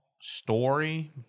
story